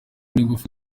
n’ingufu